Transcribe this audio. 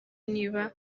niba